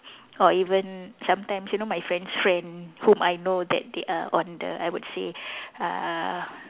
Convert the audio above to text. or even sometimes you know my friend's friend whom I know that they are on the I would say uh